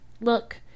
Look